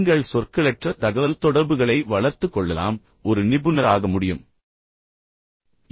நீங்கள் சொற்களற்ற தகவல்தொடர்புகளை வளர்த்துக் கொள்ளலாம் ஒரு நிபுணராக முடியும் என்ற நேர்மறையான குறிப்புடன் நான் விரிவுரையை முடித்தேன்